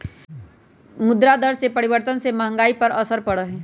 मुद्रा दर में परिवर्तन से महंगाई पर असर पड़ा हई